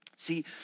See